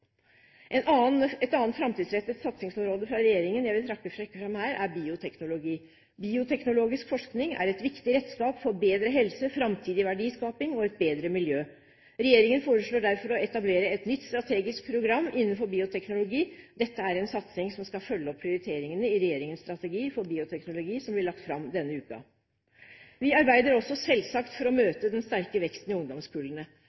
Et annet framtidsrettet satsingsområde fra regjeringen jeg vil trekke fram her, er bioteknologi. Bioteknologisk forskning er et viktig redskap for bedre helse, framtidig verdiskaping og et bedre miljø. Regjeringen foreslår derfor å etablere et nytt strategisk program innenfor bioteknologi. Dette er en satsing som skal følge opp prioriteringene i regjeringens strategi for bioteknologi, som blir lagt fram denne uken. Vi arbeider også selvsagt for å